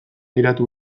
geratu